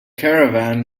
caravan